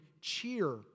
cheer